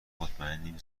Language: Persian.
مطمئنیم